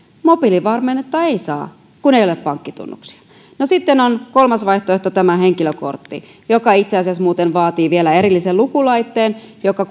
mobiilivarmennetta ei saa kun ei ole pankkitunnuksia sitten on kolmas vaihtoehto tämä henkilökortti joka itse asiassa muuten vaatii vielä erillisen lukulaitteen joka